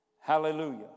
Hallelujah